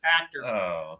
actor